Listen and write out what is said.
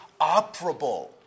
operable